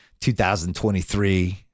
2023